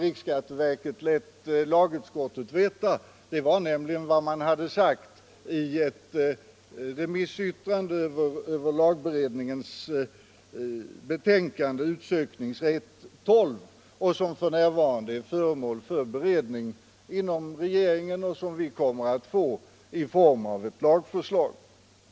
Riksskatteverket lät nämligen lagutskottet veta vad man hade sagt i ett remissyttrande över lagberedningens betänkande, Utsökningsrätt XII, som f. n. är föremål för beredning inom regeringen och som riksdagen kommer att få i form av ett lagförslag.